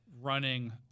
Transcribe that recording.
running